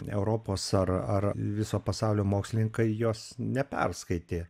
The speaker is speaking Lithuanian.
europos ar ar viso pasaulio mokslininkai jos neperskaitė